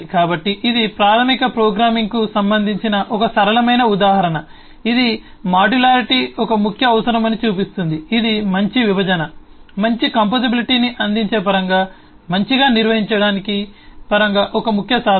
కాబట్టి ఇది ప్రాథమిక ప్రోగ్రామింగ్కు సంబంధించిన ఒక సరళమైన ఉదాహరణ ఇది మాడ్యులారిటీ ఒక ముఖ్య అవసరమని చూపిస్తుంది ఇది మంచి విభజన మంచి కంపోజిబిలిటీని అందించే పరంగా మంచిగా నిర్వహించడానికి పరంగా ఒక ముఖ్య సాధన